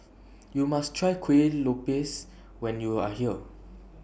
YOU must Try Kuih Lopes when YOU Are here